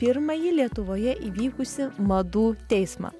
pirmąjį lietuvoje įvykusį madų teismą